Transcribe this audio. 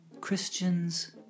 Christians